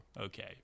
Okay